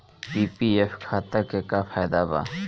PPF खाता के का फायदा बा?